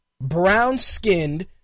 brown-skinned